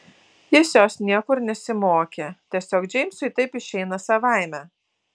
jis jos niekur nesimokė tiesiog džeimsui taip išeina savaime